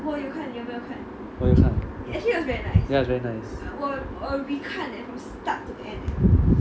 我有看 ya is very nice